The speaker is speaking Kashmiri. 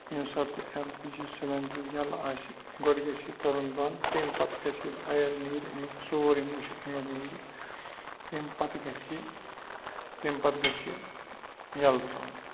ییمہِ ساتہٕ ایل پی جی سِلینٛڈَر یلہٕ آسہِ گۄڈٕ گژھِ یہِ کَرُن بَنٛد تَمہِ پتہٕ گژھِ ییٚلہِ اَیَر نیرِ اَمیُک سورُے مُشُک اَمیُک نیرِ تَمہِ پتہٕ گَژھِ یہِ تَمہِ پتہٕ گژ ھِ یہِ یلہٕ ترٛاوُن